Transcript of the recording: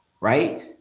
right